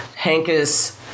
Hankus